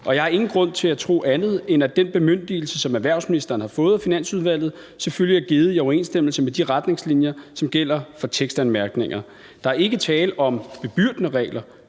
Jeg har ingen grund til at tro andet, end at den bemyndigelse, som erhvervsministeren har fået af Finansudvalget, selvfølgelig er givet i overensstemmelse med de retningslinjer, som gælder for tekstanmærkninger. Der er ikke tale om bebyrdende regler.